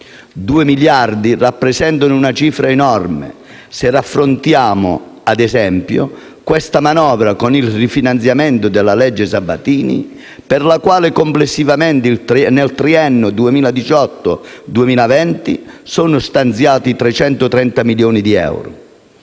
Due miliardi rappresentano una cifra enorme se raffrontiamo - ad esempio - questa manovra con il rifinanziamento della legge Sabatini, per la quale complessivamente, nel triennio 2018-2020, sono stanziati 330 milioni di euro.